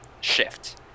shift